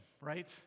right